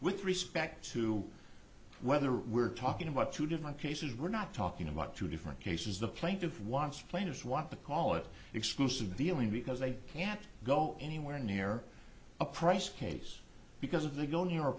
with respect to whether we're talking about two different cases we're not talking about two different cases the plaintiff wants planers want to call it exclusive dealing because they can't go anywhere near a price case because of the go